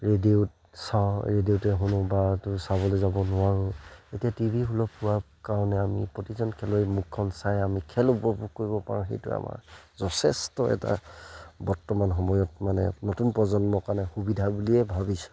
ৰেডিঅ'ত চাওঁ ৰেডিঅ'তে শুনোঁ বা তো চাবলৈ যাব নোৱাৰোঁ এতিয়া টি ভি সুলভ হোৱাৰ কাৰণে আমি প্ৰতিজন খেলুৱৈ মুখখন চাই আমি খেল উপভোগ কৰিব পাৰোঁ সেইটো আমাৰ যথেষ্ট এটা বৰ্তমান সময়ত মানে নতুন প্ৰজন্মৰ কাৰণে সুবিধা বুলিয়েই ভাবিছোঁ